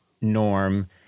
Norm